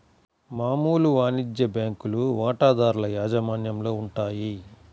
మామూలు వాణిజ్య బ్యాంకులు వాటాదారుల యాజమాన్యంలో ఉంటాయి